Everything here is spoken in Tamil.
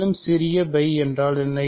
மேலும் சிறிய என்றால் என்ன